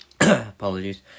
Apologies